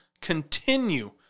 continue